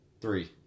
Three